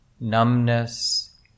numbness